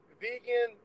vegan